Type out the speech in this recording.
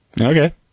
Okay